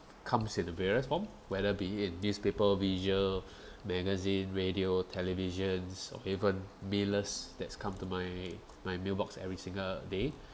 comes in various form whether be it newspaper visual magazine radio televisions or even mailers thats come to my my mailbox every single day